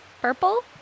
purple